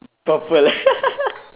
purple